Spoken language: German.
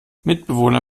mitbewohner